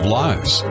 lives